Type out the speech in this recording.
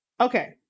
okay